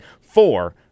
four